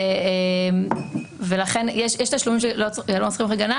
יש תשלומים שלא צריכים הגנה,